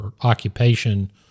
occupation